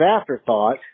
afterthought